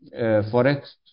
Forex